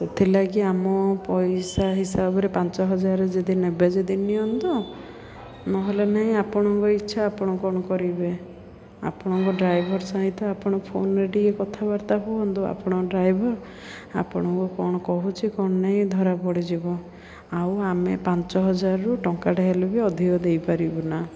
ଥିଲା କି ଆମ ପଇସା ହିସାବରେ ପାଞ୍ଚ ହଜାର ଯଦି ନେବେ ଯଦି ନିଅନ୍ତୁ ନହେଲେ ନାଇଁ ଆପଣଙ୍କ ଇଚ୍ଛା ଆପଣ କ'ଣ କରିବେ ଆପଣଙ୍କ ଡ୍ରାଇଭର ସହିତ ଆପଣ ଫୋନରେ ଟିକିଏ କଥାବାର୍ତ୍ତା ହୁଅନ୍ତୁ ଆପଣଙ୍କ ଡ୍ରାଇଭର ଆପଣଙ୍କୁ କ'ଣ କହୁଛି କ'ଣ ନାହିଁ ଧରା ପଡ଼ିଯିବ ଆଉ ଆମେ ପାଞ୍ଚ ହଜାରରୁ ଟଙ୍କାଟେ ହେଲେ ବି ଅଧିକ ଦେଇପାରିବୁ ନା